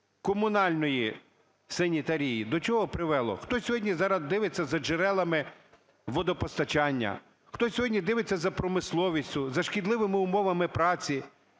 комунальної санітарії, до чого привело? Хто сьогодні, зараз, дивиться за джерелами водопостачання? Хто сьогодні дивиться за промисловістю, за шкідливими умовами праці?